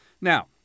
Now